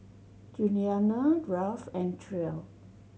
Julianna Ralph and Trae